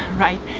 right?